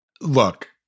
Look